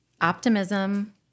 Optimism